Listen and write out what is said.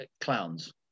clowns